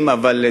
ADL,